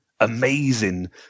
amazing